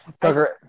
Tucker